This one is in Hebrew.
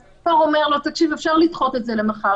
אז אתה אומר לו: אפשר לדחות את זה למחר,